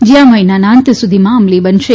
જે આ મહિનાના અંત સુધીમાં અમલી બનશે